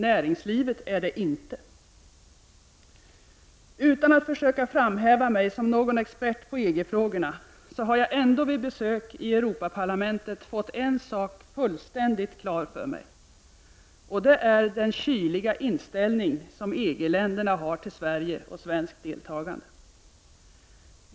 Näringslivet är det inte. Utan att försöka framhäva mig som någon expert på EG-frågorna har jag ändå vid besök i Europaparlamentet fått en sak fullständigt klar för mig: den kyliga inställning som EG-länderna har till Sverige och svenskt deltagande.